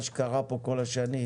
מה שקרה כאן כל השנים,